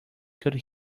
could